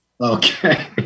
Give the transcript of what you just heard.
Okay